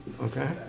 Okay